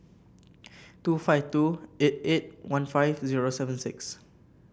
two five two eight eight one five zero seven six